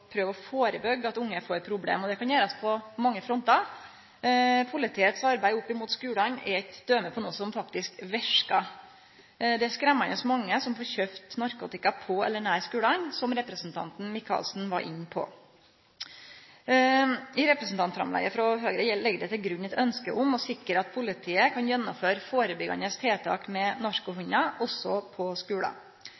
prøve å førebyggje at unge får problem. Det kan gjerast på mange frontar. Politiets arbeid retta mot skulane er eit døme på noko som faktisk verkar. Det er skremmande mange som får kjøpt narkotika på eller nær skulane, som representanten Michaelsen var inne på. I representantframlegget frå Høgre legg ein til grunn ønsket om å sikre at politiet kan gjennomføre førebyggjande tiltak med